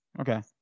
Okay